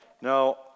now